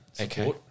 Okay